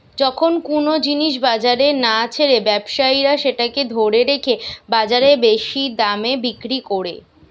যখন কুনো জিনিস বাজারে না ছেড়ে ব্যবসায়ীরা সেটাকে ধরে রেখে বাজারে বেশি দামে বিক্রি কোরে